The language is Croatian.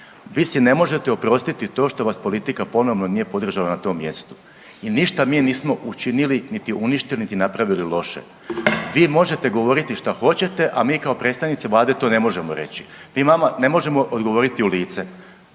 Vi si ne možete oprostiti to što vas politika ponovno nije podržala na tom mjestu i ništa mi nismo učinili, niti uništili, niti napravili loše. Vi možete govoriti što hoćete, a mi kao predstavnici Vlade to ne možemo reći. Mi vama ne možemo odgovoriti u lice.